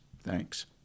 Thanks